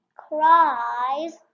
cries